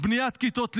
בניית כיתות לימוד,